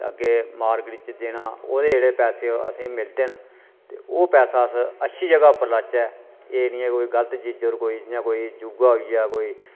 अग्गें मार्किट च देना ओह्दे जेह्ड़े पैसे असें गी मिलदे न ते ओह् पैसा अस अच्छी चीजा पर लाह्चै एह् निं ऐ कोई गलत चीजा पर कोई जि'यां कोई जुआ होई गेआ कोई